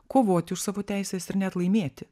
kovoti už savo teises ir net laimėti